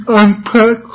unpack